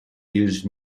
used